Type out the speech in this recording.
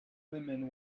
women